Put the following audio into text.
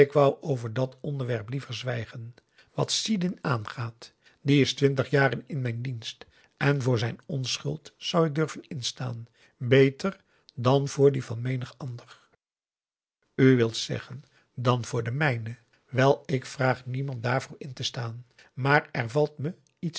over dat onderwerp liever zwijgen wat sidin aangaat die is twintig jaren in mijn dienst en voor zijn onschuld zou ik durven instaan beter dan voor die van menig ander u wilt zeggen dan voor de mijne wel ik vraag niemand daarvoor in te staan maar er valt me iets